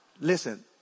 Listen